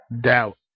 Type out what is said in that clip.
doubt